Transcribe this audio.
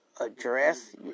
address